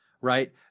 right